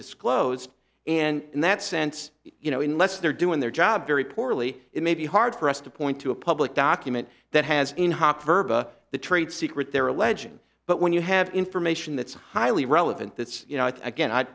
disclosed and in that sense you know unless they're doing their job very poorly it may be hard for us to point to a public document that has the trade secret they're alleging but when you have information that's highly relevant that's you know